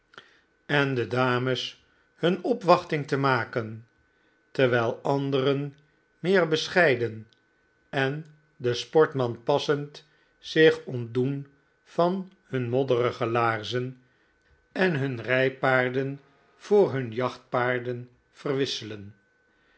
en de dames hun opwachting te maken terwijl anderen meer bescheiden en den sportman passend zich ontdoen van hun modderige laarzen en hun rijpaarden voor hun jachtpaarden verwisselen